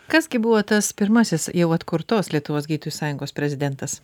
kas gi buvo tas pirmasis jau atkurtos lietuvos gydytojų sąjungos prezidentas